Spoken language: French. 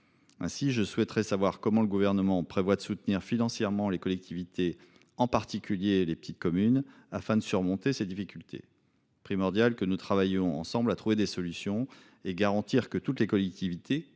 Ainsi, je souhaiterais savoir comment le Gouvernement prévoit de soutenir financièrement les collectivités, en particulier les petites communes, afin de surmonter ces difficultés. Il est primordial que nous travaillions ensemble pour trouver des solutions et garantir que toutes les collectivités,